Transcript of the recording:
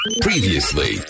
Previously